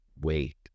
wait